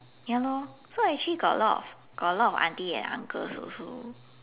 ya lor so actually got a lot of got a lot of auntie and uncles also